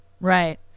Right